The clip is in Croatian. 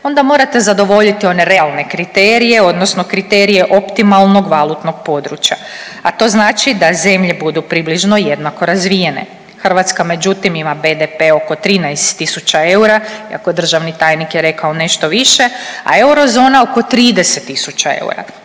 onda morate zadovoljiti one realne kriterije, odnosno kriterije optimalnog valutnog područja, a to znači da zemlje budu približno jednako razvijene. Hrvatska, međutim, ima BDP oko 13 tisuća eura iako državni tajnik je rekao nešto više, a eurozona oko 30 tisuća eura.